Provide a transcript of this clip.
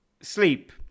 Sleep